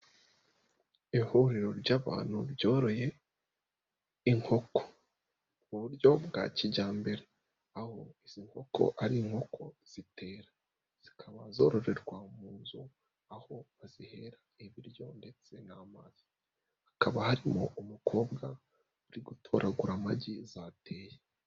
Ihuriro ry'abantu ryoroye inkoko, ku buryo bwa kijyambere, aho izi nkoko ari inkoko zitera, zikaba zororerwa mu nzu aho zihera ibiryo ndetse n'amazi, hakaba harimo umukobwa uri gutoragura amagi zateye.